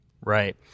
Right